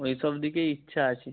ওই সব দিকেই ইচ্ছা আছে